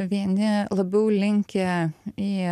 vieni labiau linkę į